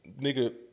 nigga